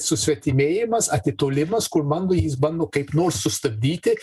susvetimėjimas atitolimas kur bando jis bando kaip nors sustabdyti